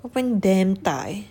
Northpoint damn 大 eh